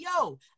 yo